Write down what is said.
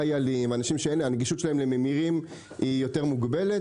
חיילים ואנשים אחרים שהנגישות שלהם לממירים היא יותר מוגבלת.